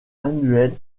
annuel